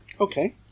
Okay